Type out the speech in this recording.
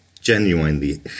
genuinely